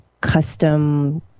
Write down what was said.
custom